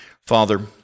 Father